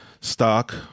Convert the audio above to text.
stock